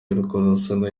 y’urukozasoni